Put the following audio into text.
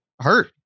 hurt